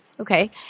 Okay